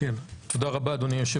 בבקשה.